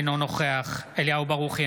אינו נוכח אליהו ברוכי,